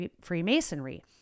Freemasonry